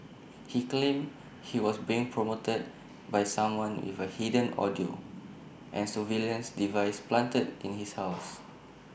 he claimed he was being prompted by someone with A hidden audio and surveillance device planted in his house